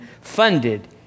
funded